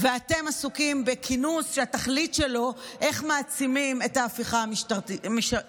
ואתם עסוקים בכינוס שהתכלית שלו היא איך מעצימים את ההפיכה המשטרית.